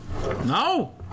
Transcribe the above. No